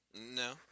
No